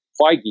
Feige